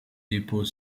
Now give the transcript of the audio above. dépôt